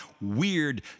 weird